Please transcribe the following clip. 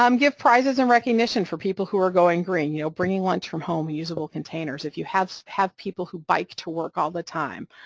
um give prizes and recognition for people who are going green, you know, bringing lunch from home in usable containers, if you have have people who bike to work all the time,